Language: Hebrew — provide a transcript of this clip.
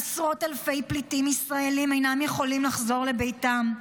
עשרות אלפי פליטים ישראלים אינם יכולים לחזור לביתם,